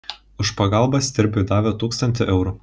už pagalbą stirbiui davė tūkstantį eurų